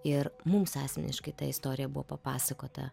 ir mums asmeniškai ta istorija buvo papasakota